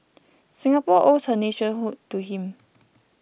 Singapore owes her nationhood to him